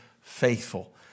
faithful